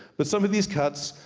but some of these cuts,